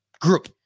group